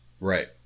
Right